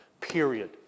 Period